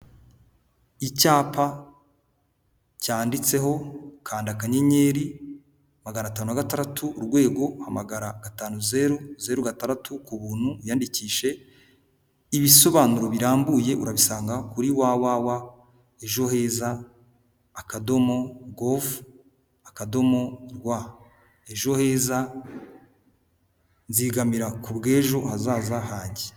Icyapa cyanditseho kanda kanyenyeri magana atanu na gatandatu, urwego hamagara gatanu zeru zeru gatandatu ku buntu, wiyanyandikishije, ibisobanuro birambuye urabisanga kuri wa wa wa ejo heza akadomo, govu, akadomo rwa. Ejo heza nzigamira ku bw'ejo hazaza hanjye.